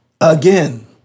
again